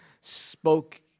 spoke